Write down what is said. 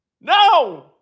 No